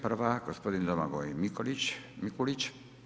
Prva, gospodin Domagoj Mikulić.